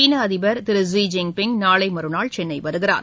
சீனஅதிபர் திரு Xi Jinping நாளைமறுநாள் சென்னைவருகிறார்